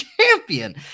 champion